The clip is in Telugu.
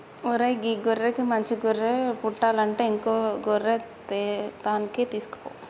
ఓరై గీ గొర్రెకి మంచి గొర్రె పుట్టలంటే ఇంకో గొర్రె తాన్కి తీసుకుపో